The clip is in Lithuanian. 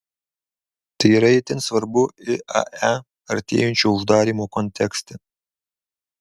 tai yra itin svarbu iae artėjančio uždarymo kontekste